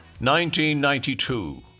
1992